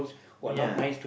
ya